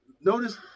notice